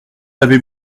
l’avez